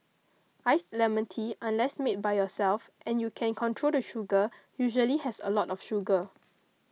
iced lemon tea unless made by yourself and you can control the sugar usually has a lot of sugar